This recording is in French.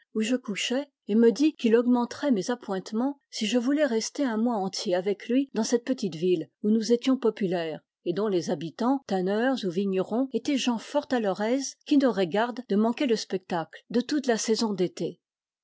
où je couchais et me dit qu'il augmenterait mes appointemens si je voulais rester un mois entier avec lui dans cette petite ville où nous étions populaires et dont les habitans tanneurs ou vignerons étaient gens fort à leur aise qui n'auraient garde de manquer le spectacle de toute la saison d'été